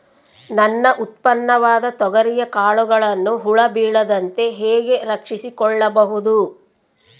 ನನ್ನ ಉತ್ಪನ್ನವಾದ ತೊಗರಿಯ ಕಾಳುಗಳನ್ನು ಹುಳ ಬೇಳದಂತೆ ಹೇಗೆ ರಕ್ಷಿಸಿಕೊಳ್ಳಬಹುದು?